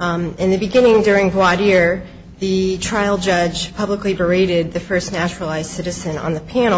in the beginning during why dear the trial judge publicly paraded the first naturalized citizen on the pan